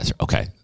Okay